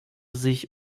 sich